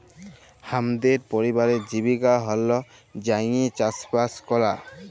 হামদের পরিবারের জীবিকা হল্য যাঁইয়ে চাসবাস করা